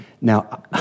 Now